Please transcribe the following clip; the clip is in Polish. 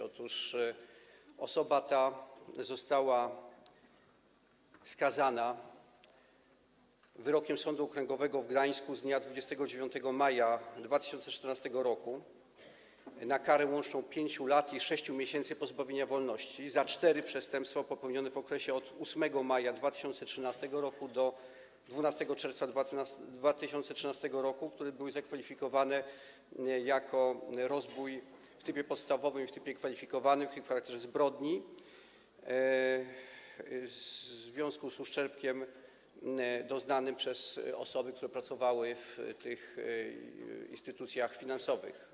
Otóż osoba ta została skazana wyrokiem Sądu Okręgowego w Gdańsku z dnia 29 maja 2014 r. na karę łączną 5 lat i 6 miesięcy pozbawienia wolności za cztery przestępstwa popełnione w okresie od 8 maja 2013 r. do 12 czerwca 2013 r., które były zakwalifikowane jako rozbój w trybie podstawowym i w trybie kwalifikowanym w charakterze zbrodni w związku z uszczerbkiem doznanym przez osoby, które pracowały w tych instytucjach finansowych.